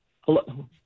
Hello